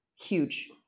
Huge